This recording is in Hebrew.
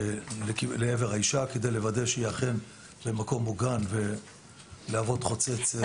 לעבר האישה כדי לוודא שהיא אכן במקום מוגן ולהוות חוצץ.